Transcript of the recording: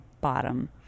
bottom